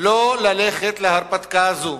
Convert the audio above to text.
לא ללכת להרפתקה הזו,